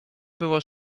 było